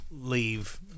leave